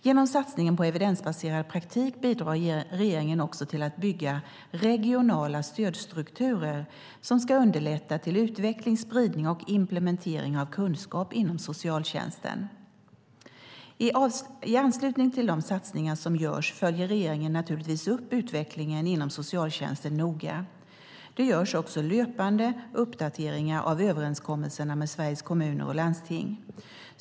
Genom satsningen på evidensbaserad praktik bidrar regeringen också till att bygga regionala stödstrukturer som ska underlätta för utveckling, spridning och implementering av kunskap inom socialtjänsten. I anslutning till de satsningar som görs följer regeringen naturligtvis upp utvecklingen inom socialtjänsten noga. Det görs också löpande uppdateringar av överenskommelserna med Sveriges Kommuner och Landsting.